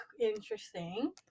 interesting